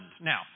Now